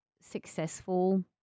successful